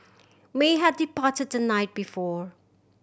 may had departed the night before